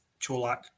Cholak